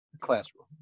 classroom